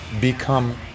become